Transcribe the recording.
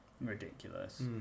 ridiculous